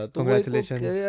Congratulations